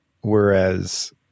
whereas